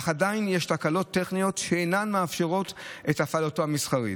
אך עדיין יש תקלות טכניות שאינן מאפשרות את הפעלתו המסחרית.